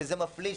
שזה מפליא,